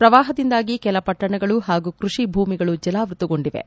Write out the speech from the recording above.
ಪ್ರವಾಹದಿಂದಾಗಿ ಕೆಲ ಪಟ್ಟಣಗಳು ಹಾಗೂ ಕೃಷಿ ಭೂಮಿಗಳು ಜಲಾವೃತಗೊಂಡಿವೆ